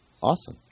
awesome